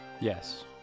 Yes